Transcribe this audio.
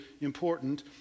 important